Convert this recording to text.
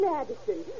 Madison